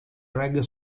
reggae